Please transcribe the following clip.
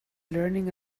learning